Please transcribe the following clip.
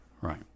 right